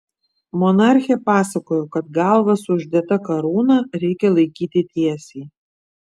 monarchė pasakojo kad galvą su uždėta karūna reikia laikyti tiesiai